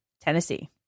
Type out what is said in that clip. Tennessee